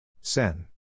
Sen